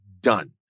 done